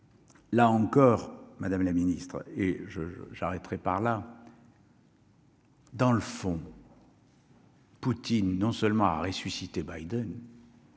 là encore, madame la Ministre et je j'arrêterai par là. Dans le son. Poutine non seulement a ressuscité Bagdad.